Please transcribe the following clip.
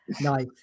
Nice